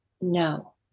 No